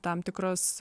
tam tikras